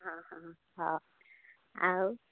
ହଁ ହଁ ହ ଆଉ